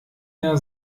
mehr